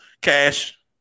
Cash